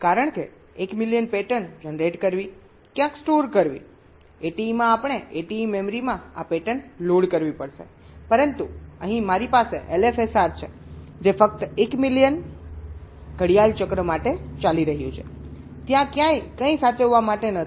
તમે જુઓ પરંપરાગત પરીક્ષણ જનરેશન માટે આ 1 મિલિયન ખૂબ મોટી સંખ્યા હતી કારણ કે 1 મિલિયન પેટર્ન જનરેટ કરવી ક્યાંક સ્ટોર કરવી ATE માં આપણે ATE મેમરીમાં આ પેટર્ન લોડ કરવી પડશે પરંતુ અહીં મારી પાસે LFSR છે જે ફક્ત 1 મિલિયન ઘડિયાળ ચક્ર માટે ચાલી રહ્યું છે ત્યાં ક્યાંય કંઈ સાચવવા માટે નથી